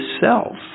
self